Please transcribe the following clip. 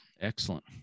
Excellent